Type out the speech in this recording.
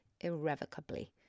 irrevocably